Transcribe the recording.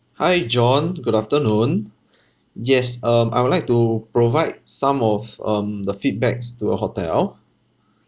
hi john good afternoon yes um I would like to provide some of um the feedbacks to your hotel